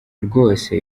rwose